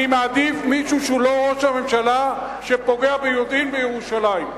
אני מעדיף מישהו שהוא לא ראש הממשלה שפוגע ביהודים בירושלים.